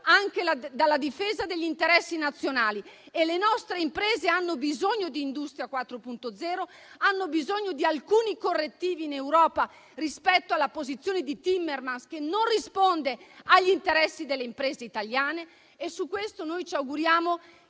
anche dalla difesa degli interessi nazionali. Le nostre imprese hanno bisogno di Industria 4.0, hanno bisogno di alcuni correttivi in Europa rispetto alla posizione di Timmermans, che non corrisponde agli interessi delle imprese italiane. Su questo, ci auguriamo